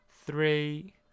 Three